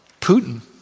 Putin